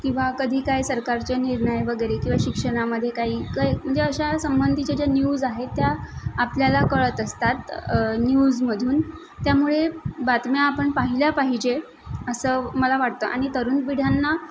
किंवा कधी काही सरकारच्या निर्णय वगैरे किंवा शिक्षणामधे काही काही म्हणजे अशा संबंधीचे ज्या न्यूज आहेत त्या आपल्याला कळत असतात न्यूजमधून त्यामुळे बातम्या आपण पाहिल्या पाहिजे असं मला वाटतं आणि तरुण पिढ्यांना